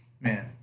Man